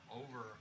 over